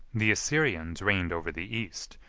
the assyrians reigned over the east,